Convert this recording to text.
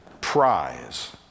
prize